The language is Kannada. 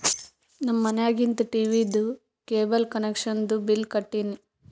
ನಮ್ ಮನ್ಯಾಗಿಂದ್ ಟೀವೀದು ಕೇಬಲ್ ಕನೆಕ್ಷನ್ದು ಬಿಲ್ ಕಟ್ಟಿನ್